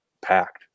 packed